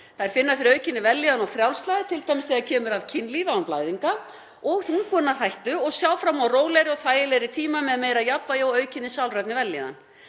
Þær finna fyrir aukinni vellíðan og frjálsræði, t.d. þegar kemur að kynlífi án blæðinga og þungunarhættu og sjá fram á rólegri og þægilegri tíma með meira jafnvægi og aukinni sálrænni vellíðan.